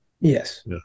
yes